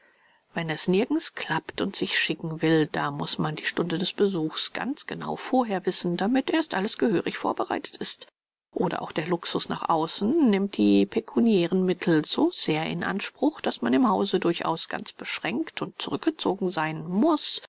wenn es nirgends klappt und sich schicken will da muß man die stunde des besuchs ganz genau vorher wissen damit erst alles gehörig vorbereitet ist oder auch der luxus nach außen nimmt die pecuniären mittel so sehr in anspruch daß man im hause durchaus ganz beschränkt und zurückgezogen sein muß